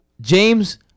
James